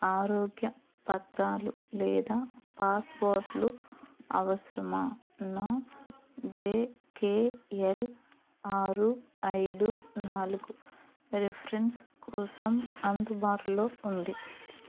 ఆరోగ్య పత్రాలు లేదా పాస్పోర్ట్లు అవసరమా నా జెకెఎల్ ఆరు ఐదు నాలుగు రిఫరెన్స్ కోసం అందుబాటులో ఉంది